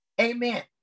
Amen